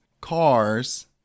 cars